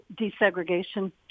desegregation